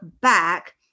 back